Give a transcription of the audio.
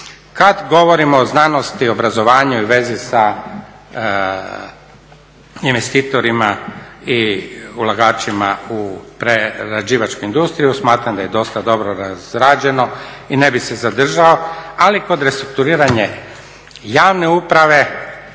Kada govorimo o znanosti, obrazovanju i vezi sa investitorima i ulagačima u prerađivačku industriju smatram da je dosta dobra razrađeno i ne bih se zadržao, ali kod restrukturiranja javne uprave